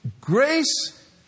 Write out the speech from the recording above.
grace